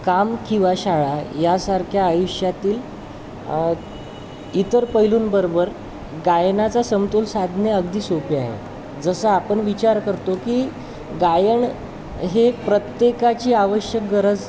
काम किंवा शाळा यासारख्या आयुष्यातील इतर पैलूंबरोबर गायनाचा समतोल साधणे अगदी सोपे आहे जसं आपण विचार करतो की गायन हे प्रत्येकाची आवश्यक गरज